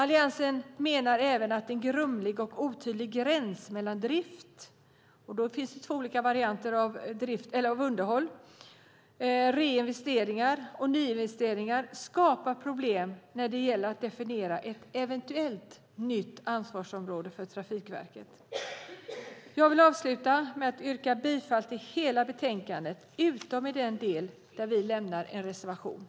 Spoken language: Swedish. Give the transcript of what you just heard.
Alliansen menar även att en grumlig och otydlig gräns mellan drift, underhåll - där det finns två olika varianter - reinvesteringar och nyinvesteringar skapar problem när det gäller att definiera ett eventuellt nytt ansvarsområde för Trafikverket. Jag vill avsluta med att yrka bifall till förslaget i betänkandet utom i den del där vi lämnat en reservation.